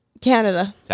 Canada